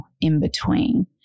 in-between